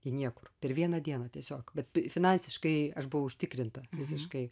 į niekur per vieną dieną tiesiog bet finansiškai aš buvau užtikrinta visiškai